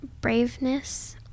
Braveness